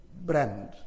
brand